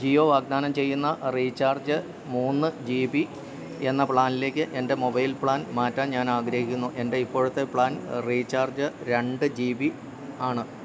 ജിയോ വാഗ്ദാനം ചെയ്യുന്ന റീചാർജ് മൂന്ന് ജി ബി എന്ന പ്ലാനിലേക്ക് എൻ്റെ മൊബൈൽ പ്ലാൻ മാറ്റാൻ ഞാനാഗ്രഹിക്കുന്നു എൻ്റെ ഇപ്പോഴത്തെ പ്ലാൻ റീചാർജ് രണ്ട് ജി ബി ആണ്